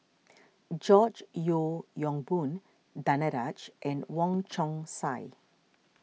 George Yeo Yong Boon Danaraj and Wong Chong Sai